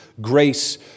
grace